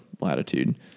latitude